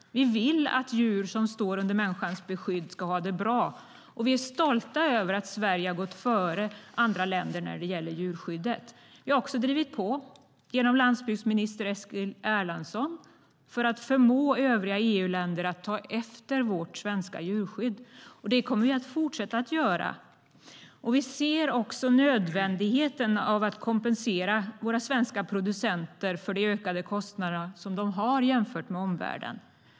Vi vill att djur som står under människans beskydd ska ha det bra, och vi är stolta över att Sverige har gått före andra länder när det gäller djurskyddet. Vi har också drivit på, genom landsbygdsminister Eskil Erlandsson, för att förmå övriga EU-länder att ta efter vårt svenska djurskydd. Det kommer vi att fortsätta göra. Vi ser även nödvändigheten av att kompensera våra svenska producenter för de ökade kostnader de har jämfört med omvärlden.